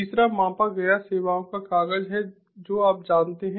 तीसरा मापा गया सेवाओं का कागज है जो आप जानते हैं